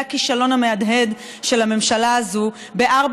זה הכישלון המהדהד של הממשלה הזאת בארבע